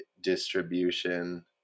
distribution